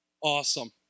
Awesome